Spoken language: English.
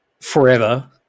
forever